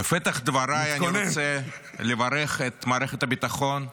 בפתח דבריי אני רוצה לברך את מערכת הביטחון,